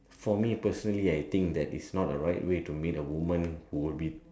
for me personally I think that is not a right way to meet a woman who will be